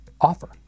offer